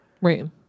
right